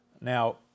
Now